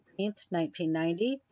1990